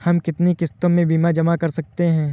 हम कितनी किश्तों में बीमा जमा कर सकते हैं?